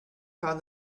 found